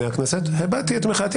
הבעתי את מחאתי.